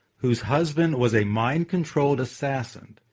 whose husband was a mind-controlled assassin.